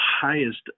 highest